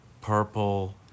purple